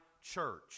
church